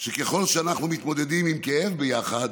שככל שאנחנו מתמודדים עם כאב ביחד,